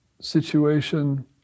situation